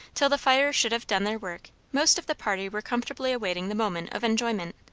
till the fires should have done their work, most of the party were comfortably awaiting the moment of enjoyment,